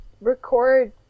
record